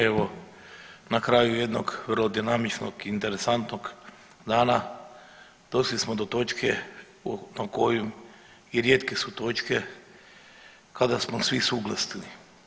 Evo na kraju jednog vrlo dinamičnog, interesantnog dana došli smo do točke na koju i rijetke su točke kada smo svi suglasni.